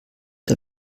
der